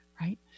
right